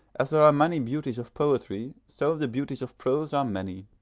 as there are many beauties of poetry so the beauties of prose are many,